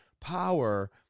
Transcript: power